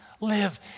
live